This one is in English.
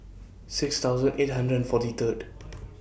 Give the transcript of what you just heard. six thousand eight hundred and forty Third